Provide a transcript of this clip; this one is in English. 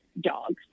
dogs